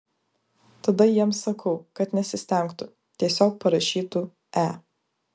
tada jiems sakau kad nesistengtų tiesiog parašytų e